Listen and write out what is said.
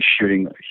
shooting